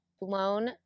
blown